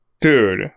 Dude